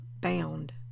bound